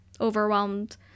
overwhelmed